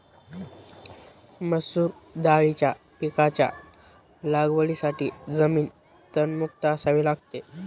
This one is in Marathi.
मसूर दाळीच्या पिकाच्या लागवडीसाठी जमीन तणमुक्त असावी लागते